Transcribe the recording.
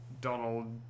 Donald